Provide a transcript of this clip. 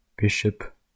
bishop